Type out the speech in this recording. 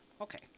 Okay